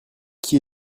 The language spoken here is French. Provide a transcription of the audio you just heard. qui